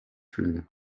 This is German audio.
fühlen